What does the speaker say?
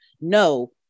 no